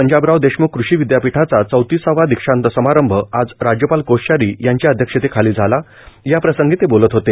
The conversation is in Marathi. पंजाबराव देशम्ख कृषी विद्यापीठाचा चौतिसवा दीक्षांत समारंभ राज्यपाल कोश्यारी यांच्या अध्यक्षतेखाली झाला याप्रसंगी ते बोलत होते